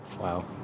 Wow